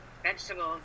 vegetables